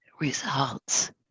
results